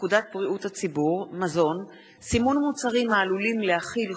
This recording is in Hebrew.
תקופת כהונה מזערית כתנאי למינוי נשיאים וסגני